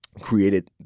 created